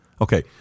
Okay